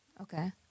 Okay